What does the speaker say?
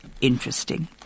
interesting